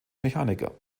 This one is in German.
mechaniker